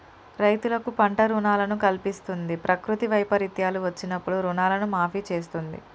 రైతులకు పంట రుణాలను కల్పిస్తంది, ప్రకృతి వైపరీత్యాలు వచ్చినప్పుడు రుణాలను మాఫీ చేస్తుంది